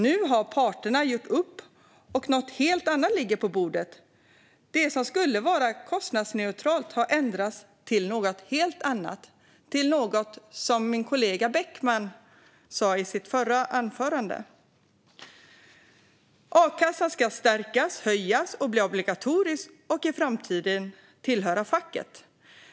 Nu har parterna gjort upp, och något helt annat ligger på bordet. Det som skulle vara kostnadsneutralt har ändrats till något helt annat, som min kollega Beckman sa i sitt förra anförande. A-kassan ska stärkas, höjas, bli obligatorisk och i framtiden tillhöra facket.